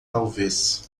talvez